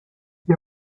ihr